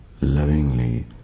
lovingly